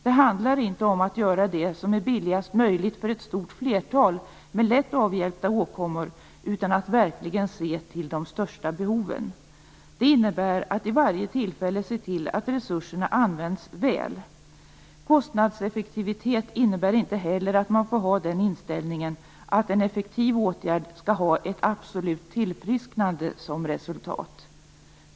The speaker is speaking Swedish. Det handlar inte om att göra det som är billigast möjligt för ett stort flertal med lätt avhjälpta åkommor utan om att verkligen se till de största behoven. Det innebär att vid varje tillfälle se till att resurserna används väl. Kostnadseffektivitet innebär inte heller att man får ha den inställningen att en effektiv åtgärd skall ha ett absolut tillfrisknande som resultat.